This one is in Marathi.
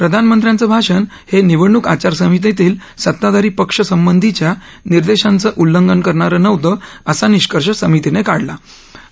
प्रधानमंत्र्यांच भाषण हे निवडणूक आचारसंहितेतील सत्ताधारी पक्ष संबंधीच्या निर्देशांच उल्लघंन करणार नव्हतं असा निष्कर्ष समितीने काढला होता